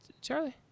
Charlie